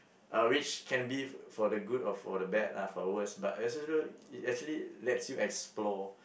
or which can be for the good or for the bad lah for the worst but it actually lets you explore